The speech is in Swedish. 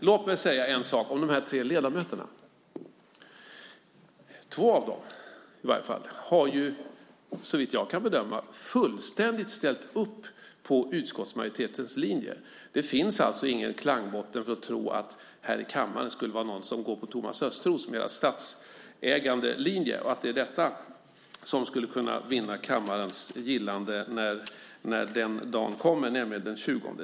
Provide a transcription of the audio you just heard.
Låt mig säga så här om de tre ledamöterna: Två av dem har, såvitt jag kan bedöma, fullständigt ställt upp på utskottsmajoritetens linje. Det finns alltså ingen klangbotten att tro att någon här i kammaren går på Thomas Östros mera statsägandelinje och att detta skulle kunna vinna kammarens gillande när den dagen kommer, nämligen den 20.